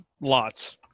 lots